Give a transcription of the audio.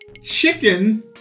chicken